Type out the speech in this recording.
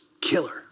killer